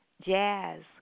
jazz